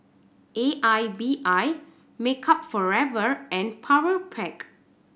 A I B I Makeup Forever and Powerpac